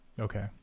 Okay